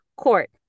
Court